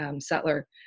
settler